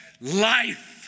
life